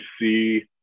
see